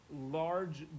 large